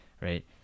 right